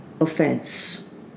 offense